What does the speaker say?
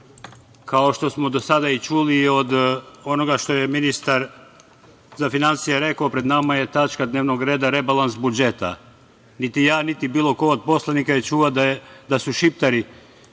što smo do sada čuli od onoga što je ministar za finansije rekao, pred nama je tačka dnevnog reda – rebalans budžeta. Niti ja, niti bilo ko od poslanika je čuo da su Šiptari